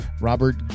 Robert